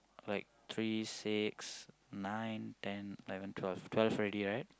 like three six nine ten eleven twelve twelve already right